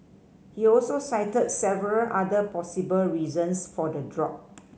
he also cited several other possible reasons for the drop